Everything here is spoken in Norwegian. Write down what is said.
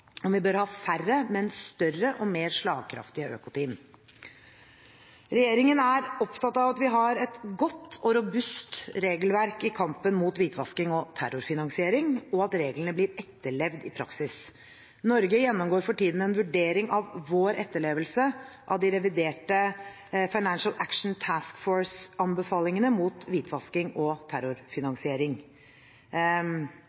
vi bør ha færre, men større og mer slagkraftige økoteam. Regjeringen er opptatt av at vi har et godt og robust regelverk i kampen mot hvitvasking og terrorfinansiering, og at reglene blir etterlevd i praksis. Norge gjennomgår for tiden en vurdering av vår etterlevelse av de reviderte Financial Action Task Force-anbefalingene mot hvitvasking og